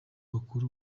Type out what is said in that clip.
bakora